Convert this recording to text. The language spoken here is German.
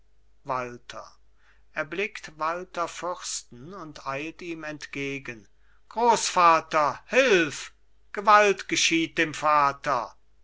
walther erblickt walther fürsten und eilt ihm entgegen grossvater hilf gewalt geschieht dem vater